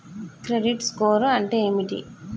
Credit score అంటే ఏమిటి?